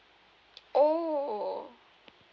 oh